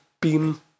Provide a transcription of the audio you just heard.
beam